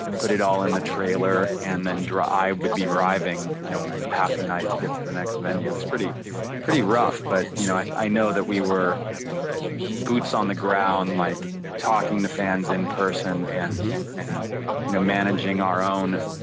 put it all in the trailer and then i would be driving you know half the night to get to the next venue. it was pretty pretty rough. but you know i i know that we were boots on the ground, like talking to fans in person and and you know managing our own,